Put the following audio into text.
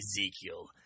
Ezekiel